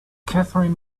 catherine